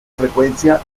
frecuencia